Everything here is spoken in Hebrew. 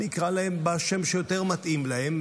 נקרא להם בשם שיותר מתאים להם,